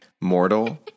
mortal